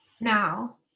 Now